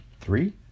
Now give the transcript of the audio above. three